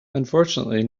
unfortunately